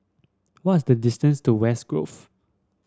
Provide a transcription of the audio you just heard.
what is the distance to West Grove